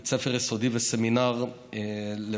בית ספר יסודי וסמינר לבנות,